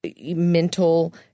mental